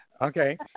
Okay